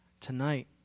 tonight